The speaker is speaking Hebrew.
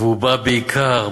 והוא בעיקר,